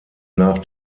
nach